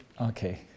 Okay